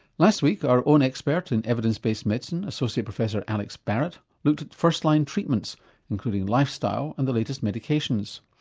last week our own expert in evidence based medicine associate professor alex barratt looked at first-line treatments including lifestyle and the latest medications.